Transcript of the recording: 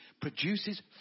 produces